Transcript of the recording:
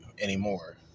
anymore